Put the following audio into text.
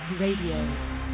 Radio